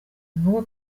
ngombwa